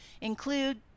include